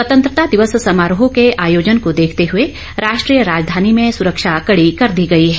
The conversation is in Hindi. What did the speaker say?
स्वतंत्रता दिवस समारोह के आयोजन को देखते हुए राष्ट्रीय राजधानी में सुरक्षा कडी कर दी गई है